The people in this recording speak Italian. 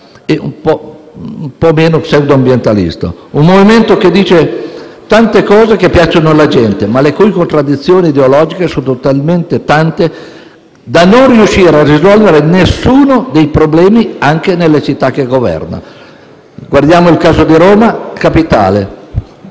e un po' meno pseudo-ambientalista. È un Movimento che dice tante cose che piacciono alla gente, ma le cui contraddizioni ideologiche sono talmente tante da non riuscire a risolvere nessuno dei problemi anche nelle città che governa. Guardiamo il caso di Roma Capitale: